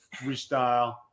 freestyle